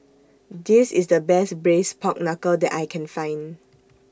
This IS The Best Braised Pork Knuckle that I Can Find